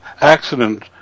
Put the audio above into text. accident